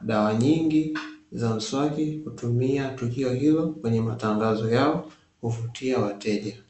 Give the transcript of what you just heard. Dawa nyingi hutumia tukio hilo kwenye matangazo yao kuvutia wateja.